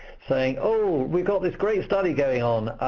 saying, oh, we've got this great study going on.